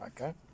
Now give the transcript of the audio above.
Okay